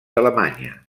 alemanya